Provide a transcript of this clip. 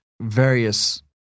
various